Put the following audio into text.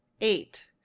eight